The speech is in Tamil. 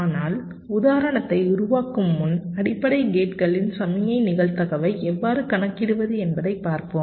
ஆனால் உதாரணத்தை உருவாக்கும் முன் அடிப்படை கேட்களின் சமிக்ஞை நிகழ்தகவை எவ்வாறு கணக்கிடுவது என்பதைப் பார்ப்போம்